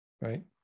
right